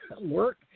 work